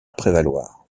prévaloir